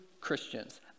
Christians